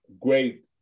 great